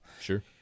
sure